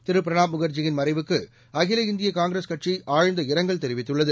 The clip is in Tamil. திரு பிரணாப் முகா்ஜியின் மறைவுக்கு அகில இந்திய காங்கிரஸ் கட்சி ஆழ்ந்த இரங்கல் தெரிவித்துள்ளது